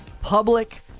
Public